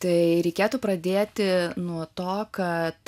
tai reikėtų pradėti nuo to kad